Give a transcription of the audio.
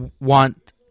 want